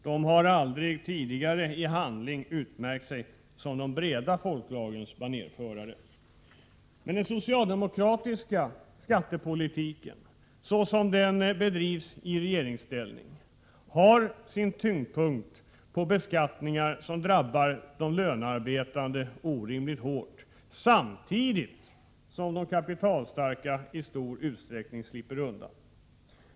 De har aldrig tidigare i handling utmärkt sig som de breda folklagrens banerförare. Den socialdemokratiska skattepolitiken, såsom den bedrivs i regeringsställning, har sin tyngdpunkt på beskattningar som drabbar de lönearbetande orimligt hårt, samtidigt som de kapitalstarka i stor utsträckning slipper undan.